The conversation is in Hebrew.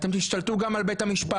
אתם תשתלטו גם על בית המשפט,